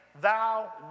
thou